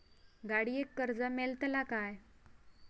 गाडयेक कर्ज मेलतला काय?